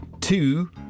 two